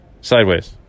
sideways